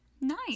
Nice